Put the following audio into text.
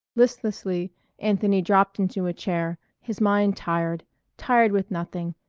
listlessly anthony dropped into a chair, his mind tired tired with nothing,